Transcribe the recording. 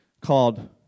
called